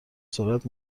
سرعت